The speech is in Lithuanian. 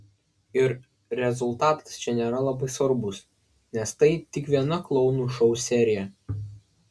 ir rezultatas čia nėra labai svarbus nes tai tik viena klounų šou serija